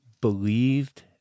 believed